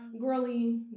girly